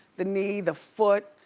the knee, the foot,